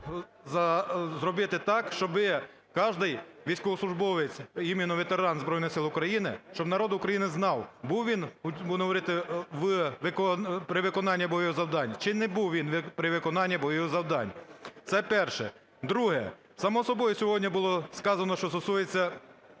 зробити так, щоби каждый військовослужбовець, именно ветеран Збройних Сил України, щоб народ України знав, був він, будемо говорити, при виконанні бойових завдань чи не був він при виконанні бойових завдань. Це перше. Друге. Само собою сьогодні було сказано, що стосується